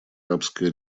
арабская